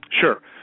Sure